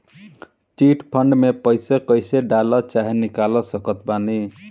Chit fund मे पईसा कईसे डाल चाहे निकाल सकत बानी?